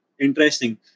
Interesting